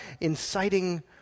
inciting